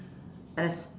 and then